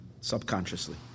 Subconsciously